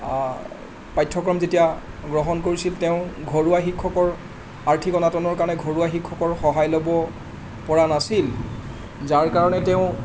পাঠ্যক্ৰম যেতিয়া গ্ৰহণ কৰিছিল তেওঁ ঘৰুৱা শিক্ষকৰ আৰ্থিক অনাটনৰ কাৰণে ঘৰুৱা শিক্ষকৰ সহায় ল'ব পৰা নাছিল যাৰ কাৰণে তেওঁ